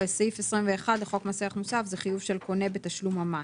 וסעיף 21 הוא "חיוב של קונה בתשלום המס"